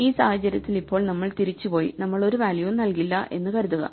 ഈ സാഹചര്യത്തിൽ ഇപ്പോൾ നമ്മൾ തിരിച്ചുപോയി നമ്മൾ ഒരു വാല്യൂവും നൽകില്ല എന്ന് കരുതുക